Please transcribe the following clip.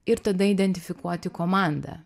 ir tada identifikuoti komandą